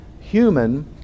human